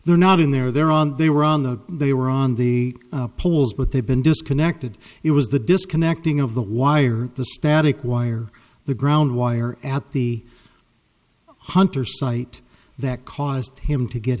they're not in there they're on they were on the they were on the poles but they've been disconnected it was the disconnecting of the wires the static wire the ground wire at the hunter site that caused him to get